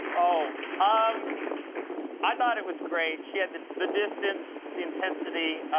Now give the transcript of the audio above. oh um i thought it was great. she had the the distance, the intensity.